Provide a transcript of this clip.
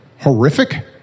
horrific